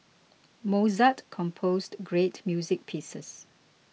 Mozart composed great music pieces